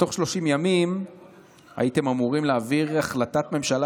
תוך 30 ימים הייתם אמורים להעביר החלטת ממשלה